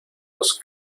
los